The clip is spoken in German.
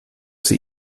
sie